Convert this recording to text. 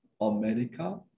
America